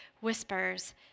whispers